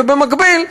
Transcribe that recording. ובמקביל,